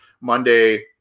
Monday